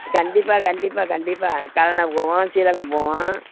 கண்டிப்பாக கண்டிப்பாக கண்டிப்பாக கல்லணை போவோம் ஸ்ரீரங்கம் போவோம்